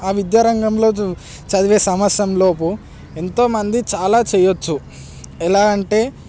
ఆ విద్యా రంగంలోజు చదివే సంవత్సరంలోపు ఎంతోమంది చాలా చేయొచ్చు ఎలా అంటే